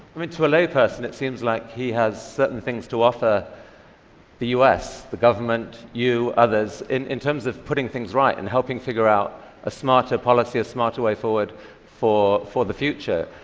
i mean to a lay person it seems like he has certain things to offer the u s, the government, you, others, in in terms of putting things right and helping figure out a smarter policy, a smarter way forward for for the future.